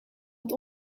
het